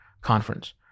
conference